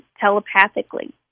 telepathically